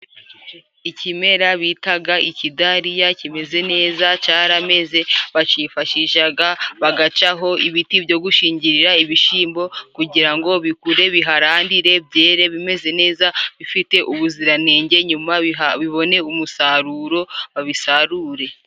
Ikimera bitaga ikidaliriya kimeze neza carameze bakifashishaga bagacaho ibiti byo gushingirira ibishimbo kugira ngo bikure biharandire byere bimeze neza bifite ubuziranenge nyuma bibone umusaruro babisarure.